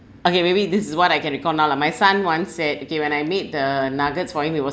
okay maybe this is what I can recall now lah my son once said okay when I made the nuggets for him it was